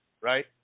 right